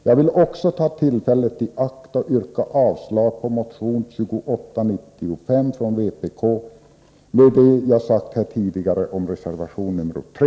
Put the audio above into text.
Jag vill också ta tillfället i akt och yrka avslag på motion 2895 från vpk med hänvisning till vad jag tidigare anfört i fråga om reservation nr 3.